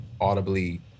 audibly